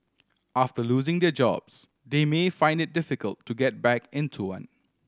after losing their jobs they may find it difficult to get back into one